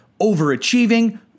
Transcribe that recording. overachieving